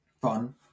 fun